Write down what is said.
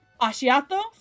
Ashiato